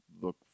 look